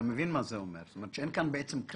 אתה מבין מה זה אומר, שאין כאן כללים.